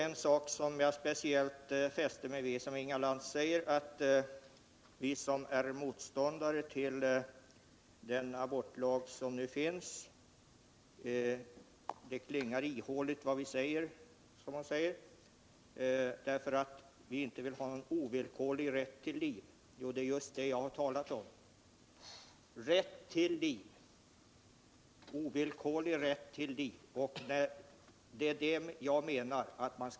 En sak som jag speciellt fäste mig vid var att Inga Lantz sade att det klingar ihåligt vad vi säger som är motståndare till den abortlag som nu finns, därför att vi inte anser att det finns någon ovillkorlig rätt till liv. Jo, det är just det jag har talat om —en ovillkorlig rätt till liv skall man ha.